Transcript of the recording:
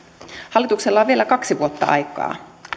hallituksella on vielä kaksi vuotta aikaa